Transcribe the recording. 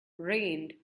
rained